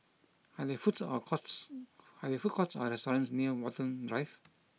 are there foods or courts are there food courts or restaurants near Watten Drive